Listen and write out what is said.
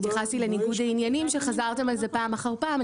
התייחסתי לניגוד העניינים שחזרתם על זה פעם אחר פעם.